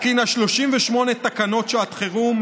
התקינה 38 תקנות שעת חירום,